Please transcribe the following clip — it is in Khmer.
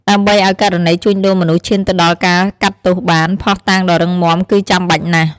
ដើម្បីឱ្យករណីជួញដូរមនុស្សឈានទៅដល់ការកាត់ទោសបាន ភស្តុតាងដ៏រឹងមាំគឺចាំបាច់ណាស់។